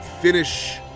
finish